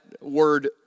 word